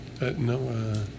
no